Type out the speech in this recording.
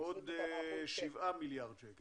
עוד 7 מיליארד שקל.